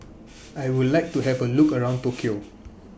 I Would like to Have A Look around Tokyo